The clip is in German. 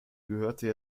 gehörte